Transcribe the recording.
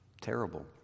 terrible